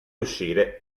uscire